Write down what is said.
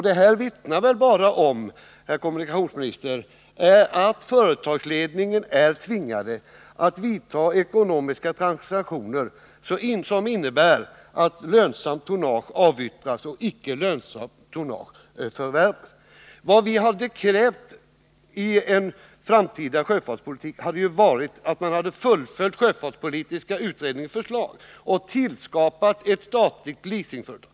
Detta vittnar bara om, herr kommunikationsminister, att företagsledningen är tvingad att vidta ekonomiska transaktioner som innebär att lönsamt tonnage avyttras och icke lönsamt tonnage förvärvas. Vad vi krävde i fråga om den framtida sjöfartspolitiken var att man skulle verkställa sjöfartspolitiska utredningens förslag att skapa ett statligt leasingföretag.